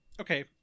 okay